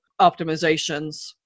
optimizations